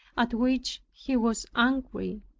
at which he was angry.